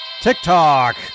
TikTok